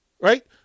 Right